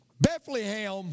Bethlehem